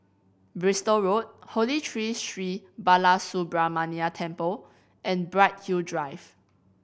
Bristol Road Holy Tree Sri Balasubramaniar Temple and Bright Hill Drive